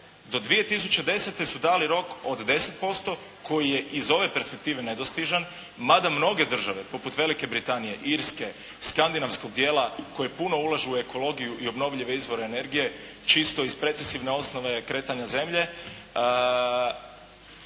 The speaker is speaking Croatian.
Do 2010. su dali rok od 10% koji je iz ove perspektive nedostižan, mada mnoge države poput Velike Britanije, Irske, skandinavskog dijela, koje puno ulažu u ekologiju i obnovljive izvore energije, čisto iz precesivne osnove kretanja zemlje,